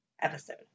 episode